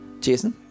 Jason